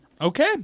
Okay